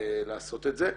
לעשות את זה.